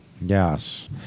yes